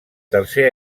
tercer